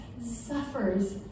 suffers